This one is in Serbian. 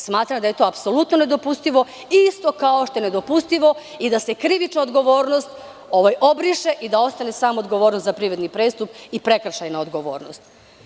Smatram da je to apsolutno nedopustivo, kao što je nedopustivo da se krivična odgovornost obriše i da ostane samo odgovornost za privredni prestup i prekršajna odgovornost.